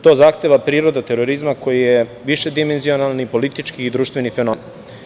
To zahteva priroda terorizma koji je višedimenzionalni, politički i društveni fenomen.